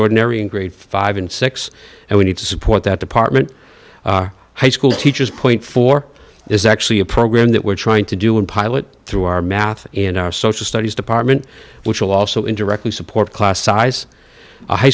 extraordinary and grade five and six and we need to support that department high school teachers point four is actually a program that we're trying to do in pilot through our math in our social studies department which will also in directly support class size a high